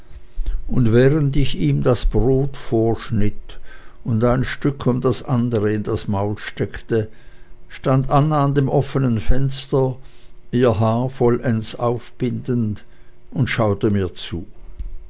und während ich ihm das brot vorschnitt und ein stück um das andere in das maul steckte stand anna an dem offenen fenster ihr haar vollends aufbindend und schaute mir zu